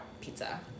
pizza